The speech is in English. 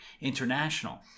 International